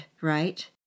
right